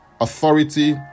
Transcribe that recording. authority